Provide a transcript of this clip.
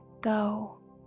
go